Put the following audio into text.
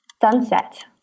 sunset